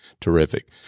Terrific